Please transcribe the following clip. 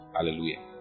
Hallelujah